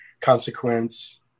consequence